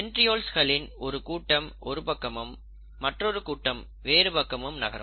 சென்ட்ரியோல்ஸ்கலின் ஒரு கூட்டம் ஒருபக்கமும் மற்றொரு கூட்டம் வேறு பக்கமும் நகரும்